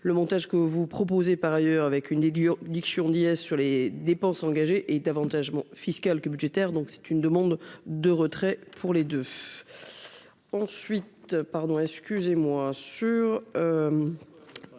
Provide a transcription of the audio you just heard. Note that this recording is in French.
le montage que vous proposez par ailleurs avec une aiguille diction dièse sur les dépenses engagées et davantage bon fiscal que budgétaire, donc c'est une demande de retrait pour les deux